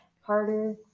harder